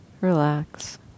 Relax